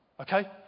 Okay